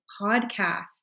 podcast